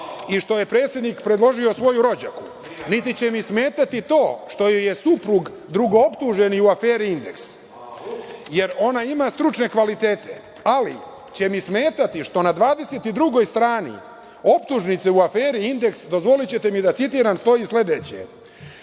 i što je predsednik predložio svoju rođaku, niti će mi smetati to što joj je suprug drugooptuženi u aferi „Indeks“, jer ona ima stručne kvalitete, ali će mi smetati što na 22. strani optužnice u aferi „Indeks“, dozvolićete mi da citiram, stoji sledeće,